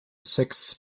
sixth